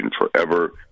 forever